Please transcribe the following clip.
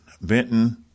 Benton